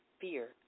fear